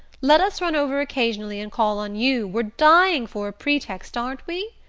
let us run over occasionally and call on you we're dying for a pretext, aren't we?